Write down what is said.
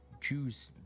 choose